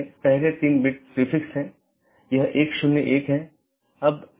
तो यह एक तरह से पिंगिंग है और एक नियमित अंतराल पर की जाती है